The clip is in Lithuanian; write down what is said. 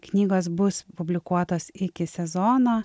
knygos bus publikuotos iki sezono